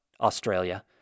Australia